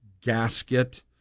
gasket